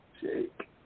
Jake